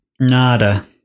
nada